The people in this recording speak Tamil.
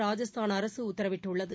ராஜஸ்தான் அரகஉத்தரவிட்டுள்ளது